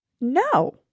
No